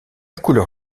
couleur